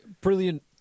brilliant